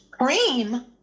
cream